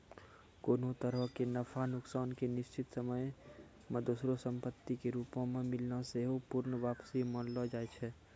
कोनो तरहो के नफा नुकसान के निश्चित समय मे दोसरो संपत्ति के रूपो मे मिलना सेहो पूर्ण वापसी मानलो जाय छै